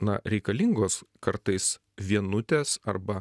na reikalingos kartais vienutės arba